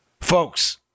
Folks